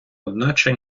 одначе